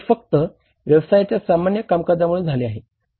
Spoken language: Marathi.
हे फक्त व्यवसायाच्या सामान्य कामकाजामुळे झाले आहे